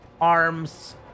arms